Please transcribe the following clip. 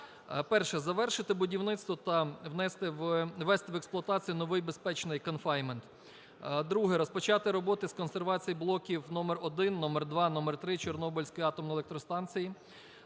перше – завершити будівництво та ввести в експлуатацію новий безпечний конфайнмент. Друге – розпочати роботи з консервації блоків номер 1, номер 2, номер 3 Чорнобильської атомної електростанції.